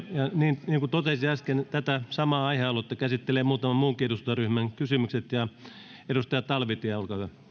niin kuin totesin äsken tätä samaa aihealuetta käsittelevät muutaman muunkin eduskuntaryhmän kysymykset edustaja talvitie